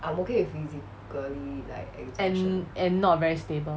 and and not very stable